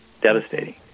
devastating